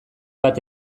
bat